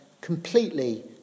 completely